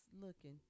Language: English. looking